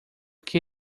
que